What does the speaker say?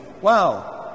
Wow